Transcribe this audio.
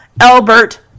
Albert